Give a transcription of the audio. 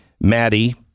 Maddie